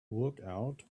workout